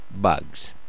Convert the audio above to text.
bugs